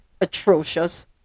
atrocious